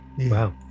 Wow